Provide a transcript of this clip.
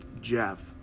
Jeff